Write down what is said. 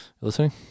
Listening